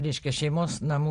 reiškia šeimos namų